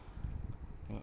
ya